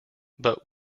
but